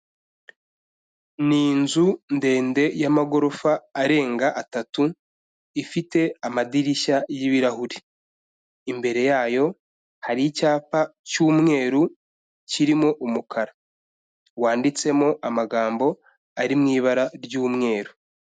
Ni inzu ndende y'amagorofa arenga atatu, ifite amadirishya y'ibirahuri, imbere yayo hari icyapa cy'umweru kirimo umukara, wanditsemo amagambo ari mu ibara ry'umweru.